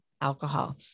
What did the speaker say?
alcohol